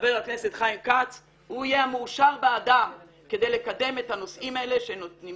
חבר הכנסת חיים כץ הוא יהיה המאושר באדם כדי לקדם את הנושאים האלה שנמצאים